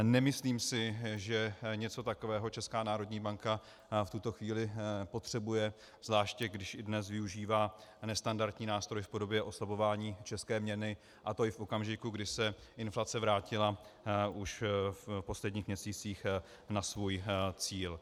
Nemyslím si, že něco takového Česká národní banka v tuto chvíli potřebuje, zvláště když i dnes využívá nestandardní nástroj v podobě oslabování české měny, a to i v okamžiku, kdy se inflace vrátila už v posledních měsících na svůj cíl.